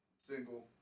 Single